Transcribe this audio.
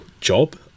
job